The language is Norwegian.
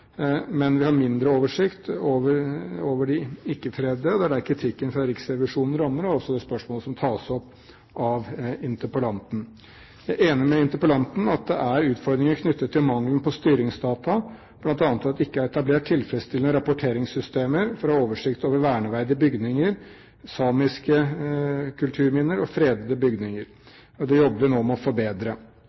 Og det er der kritikken fra Riksrevisjonen rammer, i det spørsmålet som tas opp av interpellanten. Jeg er enig med interpellanten i at det er utfordringer knyttet til mangelen på styringsdata, bl.a. i at det ikke er etablert tilfredsstillende rapporteringssystemer for å ha oversikt over verneverdige bygninger, samiske kulturminner og fredede bygninger, og det jobber vi nå med å forbedre.